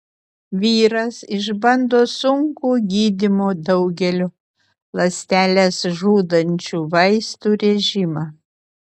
vyras išbando sunkų gydymo daugeliu ląsteles žudančių vaistų režimą